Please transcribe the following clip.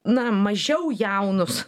na mažiau jaunus